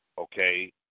okay